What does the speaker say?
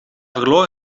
verloor